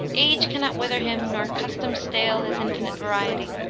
age cannot wither him nor custom stale his infinite variety,